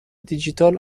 دیجیتال